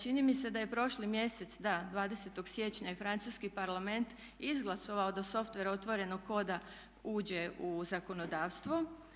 Čini mi se da je prošli mjesec, da 20. siječnja i francuski Parlament izglasovao da software otvorenog oda uđe u zakonodavstvo.